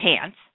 pants